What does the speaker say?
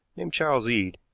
named charles eade.